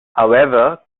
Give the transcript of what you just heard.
however